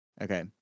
Okay